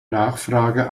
nachfrage